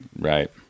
Right